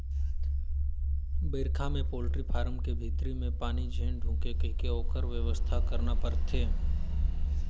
बइरखा में poultry farm के भीतरी में पानी झेन ढुंके कहिके ओखर बेवस्था करना परथे